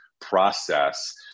process